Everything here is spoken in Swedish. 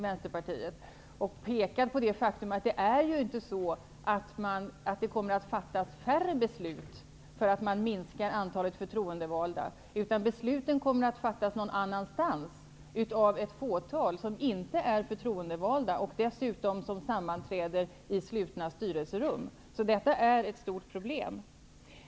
Vi har pekat på det faktum att det inte kommer att fattas färre beslut för att man minskar antalet förtroendevalda. Besluten kommer att fattas någon annanstans, av ett fåtal personer som inte är förtroendevalda och som dessutom sammanträder i slutna styrelserum. Detta är ett stort problem.